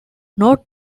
note